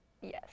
Yes